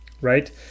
right